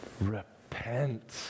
repent